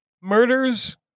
murders